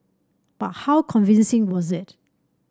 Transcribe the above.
but how convincing was it